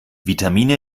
vitamine